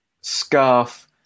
scarf